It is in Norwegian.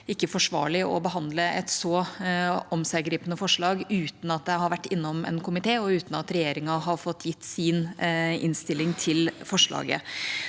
ikke forsvarlig å behandle et så omseggripende forslag uten at det har vært innom en komité, og uten at regjeringa har gitt sin innstilling til forslaget.